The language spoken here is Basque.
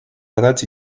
ardatz